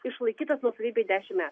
išlaikytas nuosavybėj dešimt metų